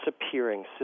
disappearing